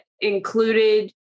included